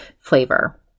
flavor